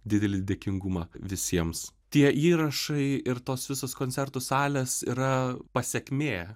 didelį dėkingumą visiems tie įrašai ir tos visos koncertų salės yra pasekmė